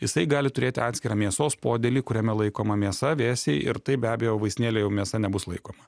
jisai gali turėti atskirą mėsos podėlį kuriame laikoma mėsa vėsiai ir tai be abejo vaistinėlėj jau mėsa nebus laikoma